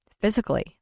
Physically